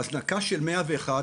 בהזנקה של 101,